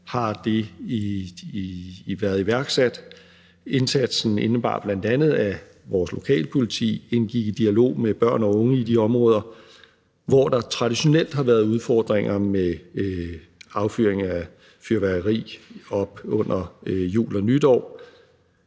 har det været iværksat. Indsatsen indebar bl.a., at vores lokalpoliti indgik i dialog med børn og unge i de områder, hvor der traditionelt har været udfordringer med affyring af fyrværkeri op til og under jul og nytår.